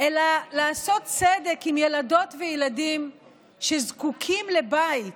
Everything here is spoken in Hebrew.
אלא לעשות צדק עם ילדות וילדים שזקוקים לבית